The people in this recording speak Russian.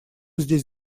здесь